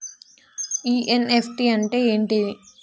NEFT అంటే ఏంటిది?